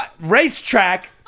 racetrack